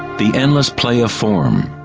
the endless play of form.